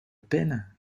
peine